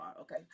okay